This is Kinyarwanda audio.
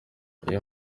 iyo